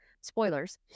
spoilers